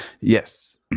Yes